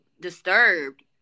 disturbed